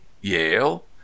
Yale